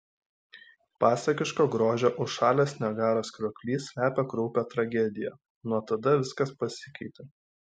pasakiško grožio užšalęs niagaros krioklys slepia kraupią tragediją nuo tada viskas pasikeitė